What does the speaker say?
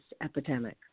epidemic